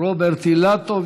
רוברט אילטוב.